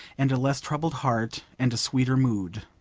and a less troubled heart, and a sweeter mood.